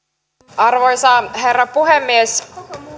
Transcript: arvoisa herra puhemies